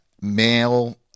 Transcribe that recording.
male